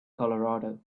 colorado